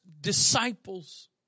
disciples